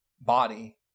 body